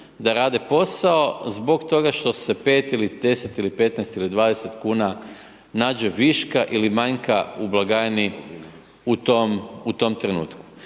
da rade posao zbog toga što se 5 ili 10 ili 15 ili 20 kuna nađe viška ili manjka u blagajni u tom, u tom trenutku.